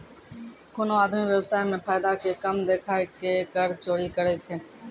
कोनो आदमी व्य्वसाय मे फायदा के कम देखाय के कर चोरी करै छै